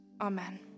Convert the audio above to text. Amen